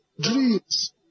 dreams